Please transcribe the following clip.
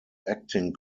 acting